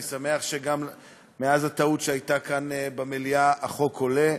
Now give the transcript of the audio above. אני גם שמח שמאז הטעות שהייתה כאן במליאה החוק עולה.